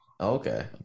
okay